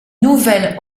nouvelle